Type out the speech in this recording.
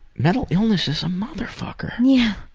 mental illness is a mother-fucker. yeah,